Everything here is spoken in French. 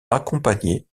accompagnés